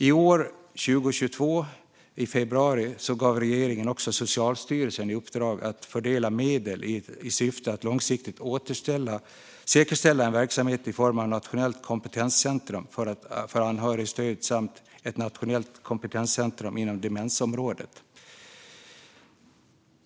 I februari 2022 gav regeringen Socialstyrelsen i uppdrag att fördela medel i syfte att långsiktigt säkerställa en verksamhet i form av ett nationellt kompetenscentrum för anhörigstöd samt ett nationellt kompetenscentrum inom demensområdet.